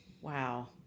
wow